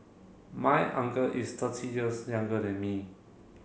my uncle is thirty years younger than me